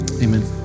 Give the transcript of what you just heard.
amen